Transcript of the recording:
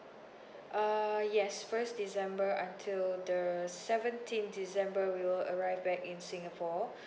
uh yes first december until the seventeen december we'll arrive back in singapore